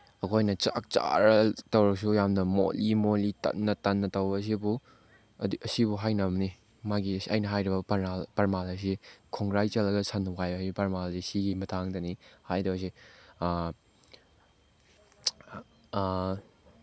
ꯑꯩꯈꯣꯏꯅ ꯆꯥꯛ ꯆꯥꯔ ꯇꯧꯔꯁꯨ ꯌꯥꯝꯕ ꯃꯣꯂꯤ ꯃꯣꯂꯤ ꯇꯟꯅ ꯇꯟꯅ ꯇꯧꯕꯁꯤꯕꯨ ꯑꯁꯤ ꯍꯥꯏꯅꯝꯅꯤ ꯃꯥꯒꯤ ꯑꯩꯅ ꯍꯥꯏꯔꯤꯕ ꯄꯔꯃꯥꯟ ꯑꯁꯤ ꯈꯣꯡꯒ꯭ꯔꯥꯏ ꯆꯜꯂꯒ ꯁꯟꯅ ꯋꯥꯏ ꯍꯥꯏꯔꯤꯕ ꯄꯔꯃꯥꯟ ꯑꯁꯤ ꯁꯤꯒꯤ ꯃꯇꯥꯡꯗꯅꯤ ꯍꯥꯏꯗꯣꯏꯁꯦ